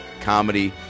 Comedy